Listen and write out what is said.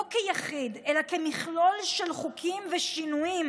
לא כיחיד, אלא כמכלול של חוקים ושינויים,